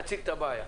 תציג את הבעיה.